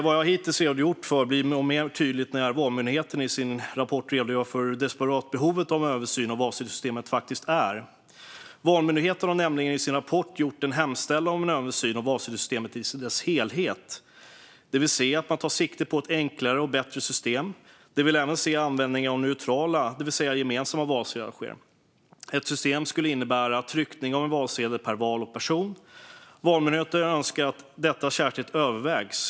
Vad jag hittills redogjort för blir än mer tydligt när Valmyndigheten i sin rapport redogör för hur desperat behovet av en översyn av valsedelssystemet faktiskt är. Valmyndigheten har nämligen i sin rapport gjort en hemställan om en översyn av valsedelssystemet i dess helhet. De vill se att man tar sikte på ett enklare och bättre system. De vill även se att neutrala, det vill säga gemensamma, valsedlar används. Detta system skulle innebära tryckning av en valsedel per val och person. Valmyndigheten önskar att detta särskilt övervägs.